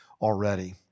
already